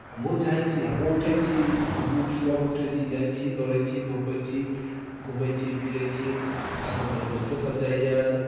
हमहूँ चाहै छी हमहूँ उठै छी हमहुँ सुबहकेँ उठै छी जाइ छी दौड़ै छी धूपै छी घूमै छी फिरै छी साथमे हमर दोस्तोसभ जाइए